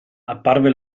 apparve